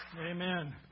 Amen